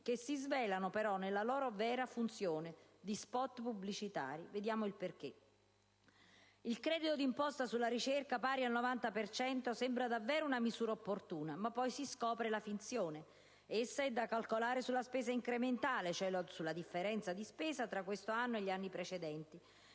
che si svelano però nella loro vera funzione di *spot* pubblicitari. Vediamo il perché. Il credito d'imposta sulla ricerca, pari al 90 per cento, sembra davvero una misura opportuna, ma - e qui si scopre la finzione - esso è da calcolare sulla spesa incrementale, cioè sulla differenza di spesa tra questo anno e gli anni precedenti.